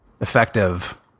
effective